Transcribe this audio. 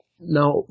Now